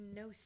no